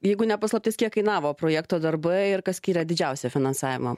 jeigu ne paslaptis kiek kainavo projekto darbai ir kas skiria didžiausią finansavimą